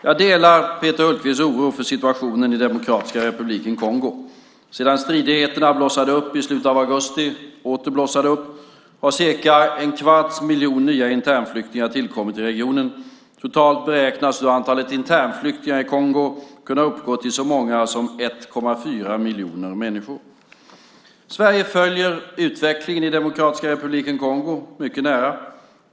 Jag delar Peter Hultqvists oro för situationen i Demokratiska republiken Kongo. Sedan stridigheterna åter blossade upp i slutet av augusti har cirka en kvarts miljon nya internflyktingar tillkommit i regionen. Totalt beräknas nu antalet internflyktingar i Kongo kunna uppgå till så många som 1,4 miljoner människor. Sverige följer utvecklingen i Demokratiska republiken Kongo mycket nära.